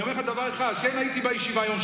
אני אומר לך דבר אחד: כן הייתי בישיבה היום.